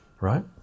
right